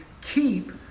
keep